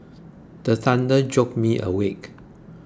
the thunder jolt me awake